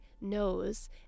knows